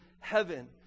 heaven